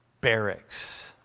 barracks